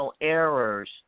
errors